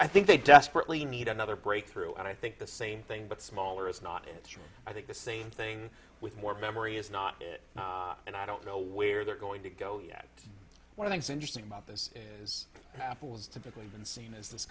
i think they desperately need another breakthrough and i think the same thing but smaller is not it sure i think the same thing with more memory is not and i don't know where they're going to go yet one of things interesting about this is apple's typically been seen as this